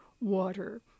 water